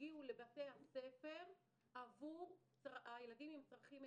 שהגיעו לבתי הספר עבור הילדים עם צרכים מיוחדים,